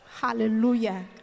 Hallelujah